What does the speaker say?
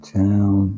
town